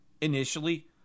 initially